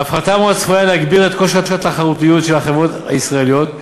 ההפחתה האמורה צפויה להגביר את כושר התחרותיות של חברות ישראליות,